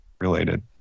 related